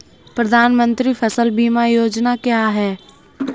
प्रधानमंत्री फसल बीमा योजना क्या है?